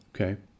okay